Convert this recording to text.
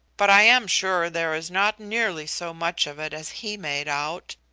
but i am sure there is not nearly so much of it as he made out.